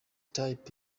type